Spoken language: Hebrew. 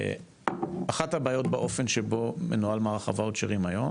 אחת הבעיות באופן שבו מנוהל מערך הוואוצ'רים היום